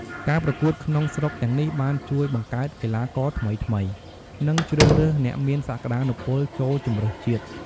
ការប្រកួតក្នុងស្រុកទាំងនេះបានជួយបង្កើតកីឡាករថ្មីៗ និងជ្រើសរើសអ្នកមានសក្ដានុពលចូលជម្រើសជាតិ។